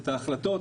את ההחלטות.